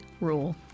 rule